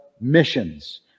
missions